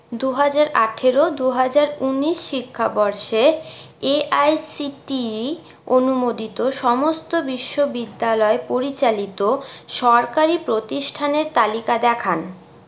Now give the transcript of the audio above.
দু হাজার আঠারো দু হাজার ঊনিশ শিক্ষাবর্ষে এআইসিটিই অনুমোদিত সমস্ত বিশ্ববিদ্যালয় পরিচালিত সরকারি প্রতিষ্ঠানের তালিকা দেখান